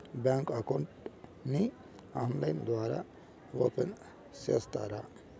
Bank account ని online ద్వారా open సేస్తారా?